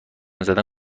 زدن